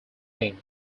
him